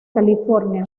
california